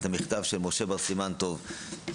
את המכתב שמשה בר סימן טוב,